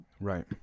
Right